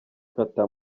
kata